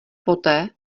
poté